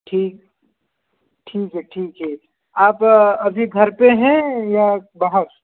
ठीक ठीक है ठीक है आप अभी घर पर हैं या बाहर